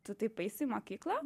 tu taip eisi į mokyklą